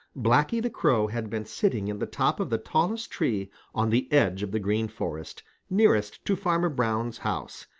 blacky the crow had been sitting in the top of the tallest tree on the edge of the green forest nearest to farmer brown's house,